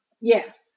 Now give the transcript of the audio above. Yes